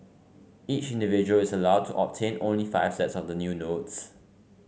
each individual is allowed to obtain only five sets of the new notes